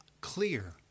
clear